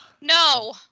No